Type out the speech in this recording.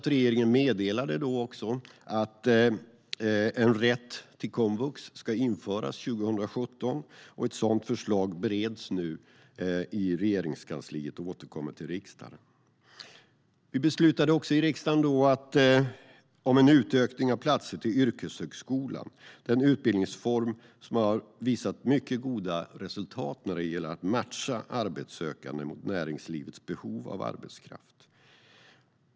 Regeringen meddelade också att rätt till komvux ska införas 2017. Ett sådant förslag bereds nu i Regeringskansliet och kommer till riksdagen. Vi beslutade också i riksdagen om en utökning av platser till yrkeshögskolan, en utbildningsform som visat mycket goda resultat när det gäller att matcha arbetssökande mot näringslivets behov av arbetskraft.